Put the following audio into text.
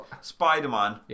Spider-Man